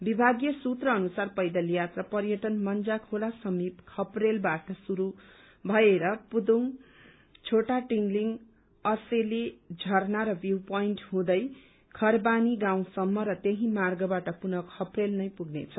विभागीय सूत्र अनुसार पैदल यात्रा पर्यटन मंजा खोला समिप खपेलबाट शुरू भएर पुदुंग छोटा टिंगलिंग असेले झरना र भ्यू पोइन्ट हुँदै खरबानी गाउँसम्म र त्यही मार्गबाट पुनः खपेल नै पुग्नेछ